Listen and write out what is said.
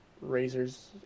razors